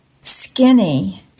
Skinny